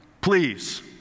please